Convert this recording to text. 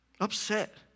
upset